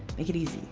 make it easy